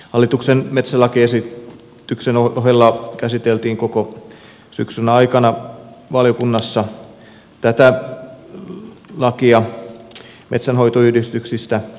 hallituksen metsälakiesityksen ohella käsiteltiin koko syksyn ajan valiokunnassa tätä lakia metsänhoitoyhdistyksistä